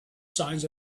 signs